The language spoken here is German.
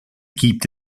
gibt